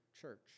church